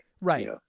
right